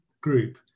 group